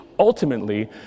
Ultimately